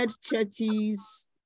churches